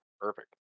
Perfect